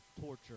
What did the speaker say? torture